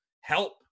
help